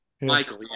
Michael